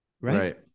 right